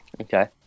Okay